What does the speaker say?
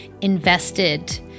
invested